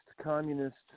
communist